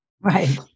Right